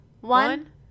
one